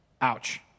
Ouch